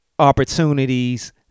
opportunities